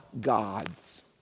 gods